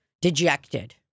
dejected